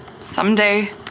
someday